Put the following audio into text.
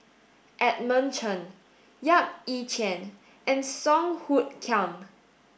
Edmund Chen Yap Ee Chian and Song Hoot Kiam